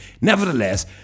Nevertheless